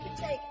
take